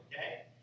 okay